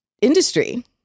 industry